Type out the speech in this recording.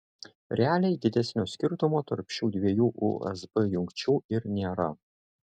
realiai didesnio skirtumo tarp šių dviejų usb jungčių ir nėra